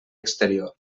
exterior